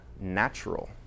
natural